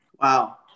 wow